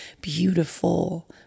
beautiful